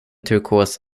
turkos